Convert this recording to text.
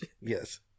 Yes